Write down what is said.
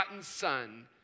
son